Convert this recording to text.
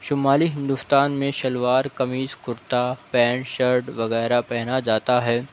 شمالی ہندوستان میں shalwar kameez kurta pant shirt وغیرہ پہنا جاتا ہے